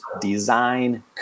Design